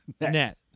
Net